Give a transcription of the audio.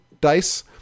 dice